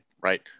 right